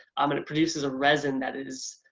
um and it produces a resin that is,